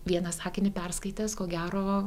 vieną sakinį perskaitęs ko gero